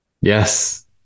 Yes